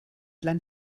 land